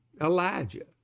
Elijah